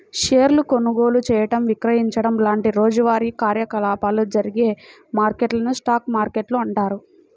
షేర్ల కొనుగోలు చేయడం, విక్రయించడం లాంటి రోజువారీ కార్యకలాపాలు జరిగే మార్కెట్లను స్టాక్ మార్కెట్లు అంటారు